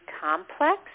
complex